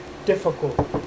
difficult